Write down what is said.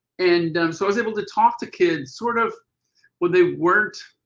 and so i was able to talk to kids sort of when they weren't,